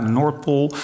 Noordpool